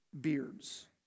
beards